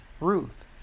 Ruth